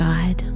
God